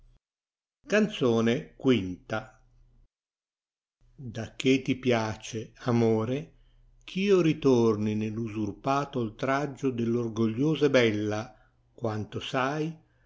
canzone v d acche ti piace amore ch'io ritorni neil usurpato oltraggio dell orgogliosa e bella quanto sai